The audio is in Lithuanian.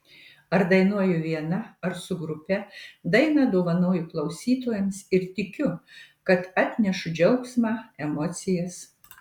ar dainuoju viena ar su grupe dainą dovanoju klausytojams ir tikiu kad atnešu džiaugsmą emocijas